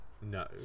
No